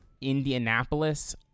Indianapolis